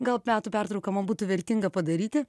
gal metų pertrauką man būtų vertinga padaryti